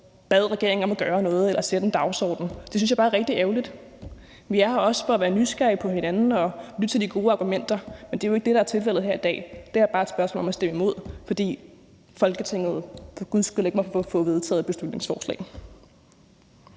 bad regeringen om at gøre noget eller satte en dagsorden. Det synes jeg bare er rigtig ærgerligt. Vi er her også for at være nysgerrige på hinanden og lytte til de gode argumenter, men det er jo ikke det, der er tilfældet her i dag. Det er bare et spørgsmål om at stemme imod, fordi Folketinget for guds skyld ikke må få vedtaget et beslutningsforslag.